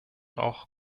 auch